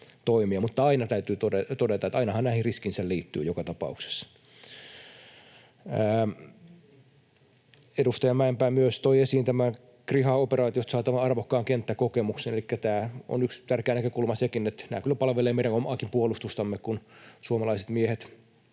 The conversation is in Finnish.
Mutta aina täytyy todeta, että ainahan näihin riskinsä liittyy joka tapauksessa. Edustaja Mäenpää myös toi esiin tämän kriha-operaatiosta saatavan arvokkaan kenttäkokemuksen. Tämäkin on yksi tärkeä näkökulma, että kyllä meidän omaakin puolustustamme palvelee se, kun suomalaiset miehet